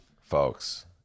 folks